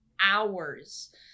hours